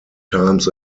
times